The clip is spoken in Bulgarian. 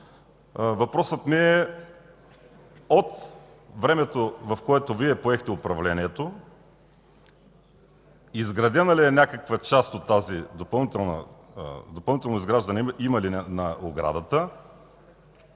въпросът ми е: от времето, в което Вие поехте управлението, изградена ли е някаква част, допълнително изграждане има ли на оградата?